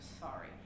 sorry